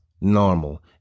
normal